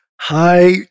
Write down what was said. Hi